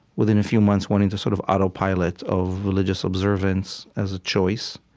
within a few months, went into sort of autopilot of religious observance as a choice.